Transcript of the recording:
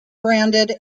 branded